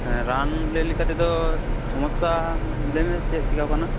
ᱦᱮᱸ ᱨᱟᱱ ᱞᱟ ᱭ ᱞᱮᱠᱟ ᱛᱮᱫᱚ ᱥᱚᱢᱚᱥᱥᱟ ᱞᱟ ᱭᱢᱮ ᱪᱮᱫ ᱪᱤᱠᱟᱹ ᱟᱠᱟᱱᱟ